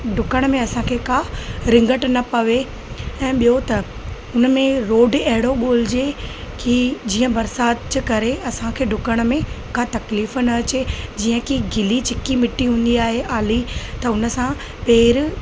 डुकण में असांखे का रिंगट न पवे ऐं ॿियो त उन में रोड अहिड़ो ॻोल्हिजे की जीअं बरिसात जि करे असांखे डुकण में का तकलीफ़ न अचे जीअं की गिली चिकी मिटी हूंदी आहे आली त हुन सां पेर